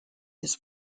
his